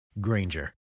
Granger